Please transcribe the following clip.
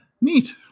Neat